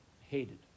hated